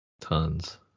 tons